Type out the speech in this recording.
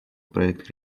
проект